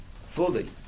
fully